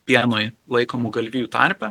pienui laikomų galvijų tarpe